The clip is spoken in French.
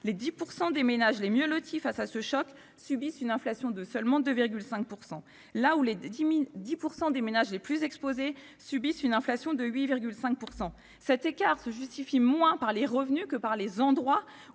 les 10 % des ménages les mieux lotis face à ce choc subissent une inflation de seulement 2,5 %, là où les 10 % des ménages les plus exposés subissent une inflation de 8,5 %. Cet écart se justifie moins par les revenus que par les lieux